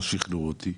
לא שכנעו אותי.